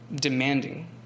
demanding